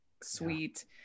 sweet